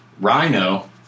Rhino